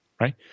Right